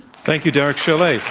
thank you, derek so like